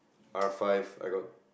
R five I got